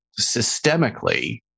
systemically